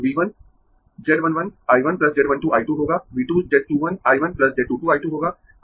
V 1 Z 1 1 I 1 Z 1 2 I 2 होगा V 2 Z 2 1 I 1 Z 2 2 I 2 होगा